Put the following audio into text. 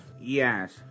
Yes